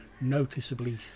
noticeably